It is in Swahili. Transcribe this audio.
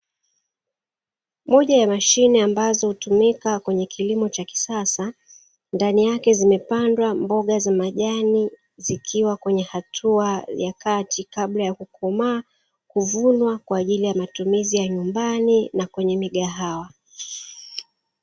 Moja ya mashine ambazo hutumika kwenye kilimo cha kisasa, ndani yake zimepandwa mboga za majani zikiwa kwenye hatua ya kati kabla ya kukomaa kuvunwa kwa ajili ya matumizi ya nyumbani na kwenye migahawa.